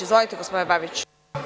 Izvolite, gospodine Babiću.